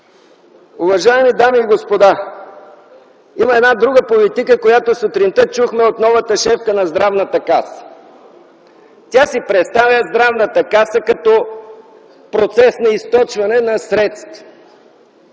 Уважаеми дами и господа, има една друга политика, която сутринта чухме от новата шефка на Здравната каса. Тя си представя Здравната каса като процес на източване на средства!